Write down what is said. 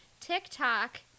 TikTok